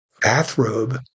bathrobe